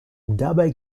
dabei